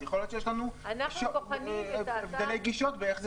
יכול להיות שיש לנו הבדלי גישות ואיך זה